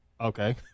Okay